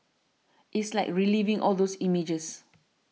it's like reliving all those images